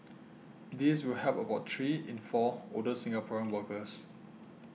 this will help about three in four older Singaporean workers